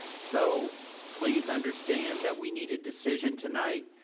so please understand that we need a decision tonight.